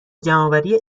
جمعآوری